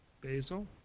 Basil